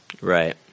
Right